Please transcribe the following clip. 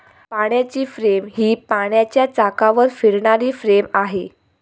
पाण्याची फ्रेम ही पाण्याच्या चाकावर फिरणारी फ्रेम आहे